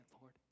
Lord